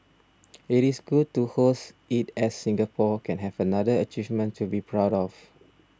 it is good to host it as Singapore can have another achievement to be proud of